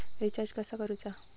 Recharge कसा करूचा?